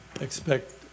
expect